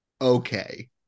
okay